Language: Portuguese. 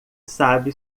sabe